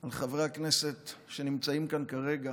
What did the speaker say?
על חברי הכנסת שנמצאים כאן כרגע